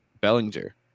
Bellinger